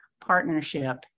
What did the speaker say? partnership